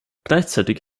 gleichzeitig